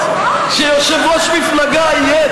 שתי קדנציות שלמות שיושב-ראש מפלגה יהיה,